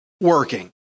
working